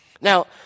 Now